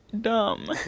dumb